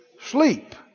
sleep